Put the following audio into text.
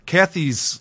Kathy's